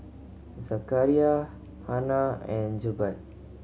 Zakaria Hana and Jebat